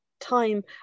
Time